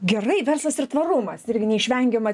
gerai verslas ir tvarumas irgi neišvengiama